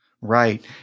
Right